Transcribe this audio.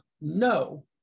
no